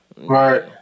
Right